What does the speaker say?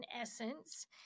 essence